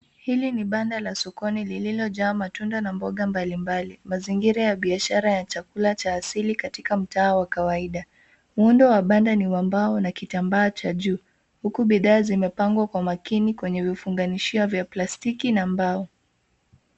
Hili ni banda la sokoni lililojaa matunda na mboga mbalimbali. Mazingira ya biashara ya chakula cha wawili katika mtaa wa kawaida. Muundo wa banda ni wa mbao na kitambaa cha juu huku bidhaa zimepangwa kwa makini kwenye vifunganishio vya plastiki na mbao.